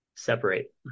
separate